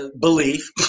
belief